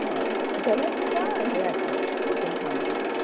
हय जाल्यार तुका हें आसा परतून फायन आसा